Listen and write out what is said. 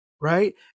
right